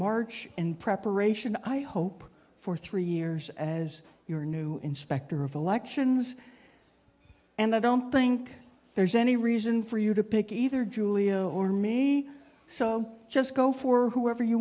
march and preparation i hope for three years as your new inspector of elections and i don't think there's any reason for you to pick either giulio or me so just go for whoever you